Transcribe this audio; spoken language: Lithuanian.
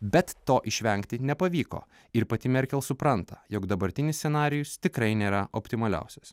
bet to išvengti nepavyko ir pati merkel supranta jog dabartinis scenarijus tikrai nėra optimaliausias